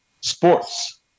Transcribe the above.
sports